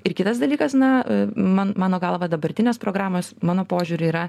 ir kitas dalykas na man mano galva dabartinės programos mano požiūriu yra